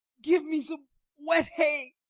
give me some wet hay